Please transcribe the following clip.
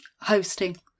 hosting